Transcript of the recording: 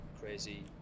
crazy